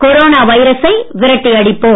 corona வைரஸை விரட்டி அடிப்போம்